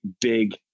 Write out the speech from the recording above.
big